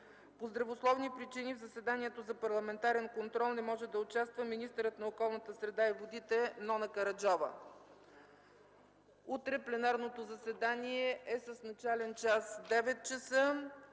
По здравословни причини в заседанието за парламентарен контрол не може да участва министърът на околната среда и водите Нона Караджова. Утре пленарното заседание е с начален час 9,00 ч.